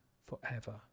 forever